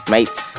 Mates